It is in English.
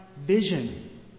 vision